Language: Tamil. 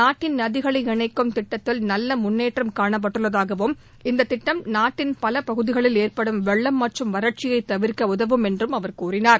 நாட்டின் நதிகளை இணைக்கும் திட்டத்தில் நல்ல முன்னேற்றம் காணப்பட்டுள்ளதாகவும் இந்த திட்டம் நாட்டின் பல பகுதிகளில் ஏற்படும் வெள்ளம் மற்றும் வறட்சியை தவிர்க்க உதவும் என்றும் கூறினார்